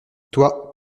toi